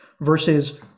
versus